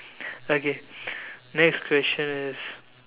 okay next question is